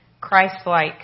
Christ-like